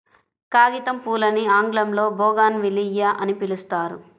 కాగితంపూలని ఆంగ్లంలో బోగాన్విల్లియ అని పిలుస్తారు